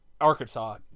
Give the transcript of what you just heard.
Arkansas